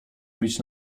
mieć